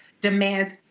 demands